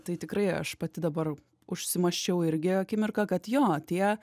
tai tikrai aš pati dabar užmąsčiau irgi akimirką kad jo tie